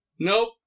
Nope